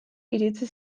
iritsi